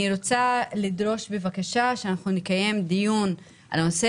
אני רוצה לדרוש בבקשה שנקיים דיון על הנושא